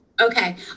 Okay